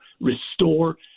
restore